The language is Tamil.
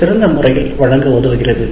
ஒரு சிறந்த முறையில் வழங்க உதவுகிறது